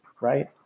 Right